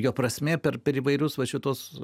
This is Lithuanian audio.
jo prasmė per per įvairius va šitus